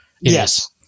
Yes